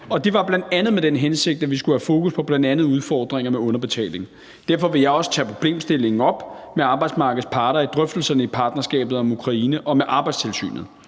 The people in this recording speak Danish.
det var bl.a. med den hensigt, at vi skulle have fokus på bl.a. udfordringer med underbetaling. Derfor vil jeg også tage problemstillingen op med arbejdsmarkedets parter i drøftelserne i partnerskabet om Ukraine og med Arbejdstilsynet.